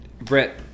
Brett